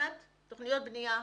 מבחינת תוכניות בניה,